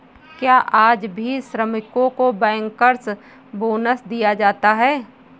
क्या आज भी श्रमिकों को बैंकर्स बोनस दिया जाता है?